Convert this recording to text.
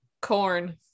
Corn